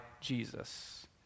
Jesus